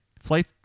Flight